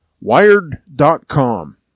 Wired.com